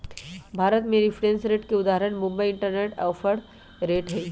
भारत में reference rate के उदाहरण मुंबई इंटरबैंक ऑफर रेट हइ